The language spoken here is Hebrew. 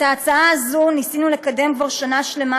את ההצעה הזאת ניסינו לקדם כבר שנה שלמה,